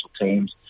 teams